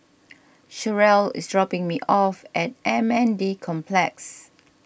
Cherrelle is dropping me off at M N D Complex